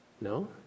No